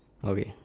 okay